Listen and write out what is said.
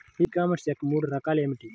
ఈ కామర్స్ యొక్క మూడు రకాలు ఏమిటి?